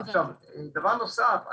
דבר נוסף,